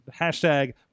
hashtag